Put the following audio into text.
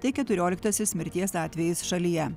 tai keturioliktasis mirties atvejis šalyje